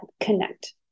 connect